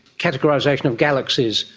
categorisation of galaxies.